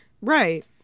Right